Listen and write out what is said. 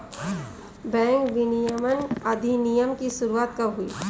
Bank विनियमन अधिनियम की शुरुआत कब हुई?